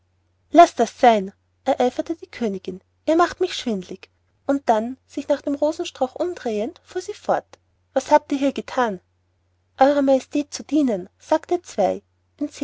laßt das sein eiferte die königin ihr macht mich schwindlig und dann sich nach dem rosenstrauch umdrehend fuhr sie fort was habt ihr hier gethan euer majestät zu dienen sagte zwei